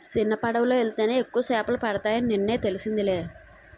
సిన్నపడవలో యెల్తేనే ఎక్కువ సేపలు పడతాయని నిన్నే తెలిసిందిలే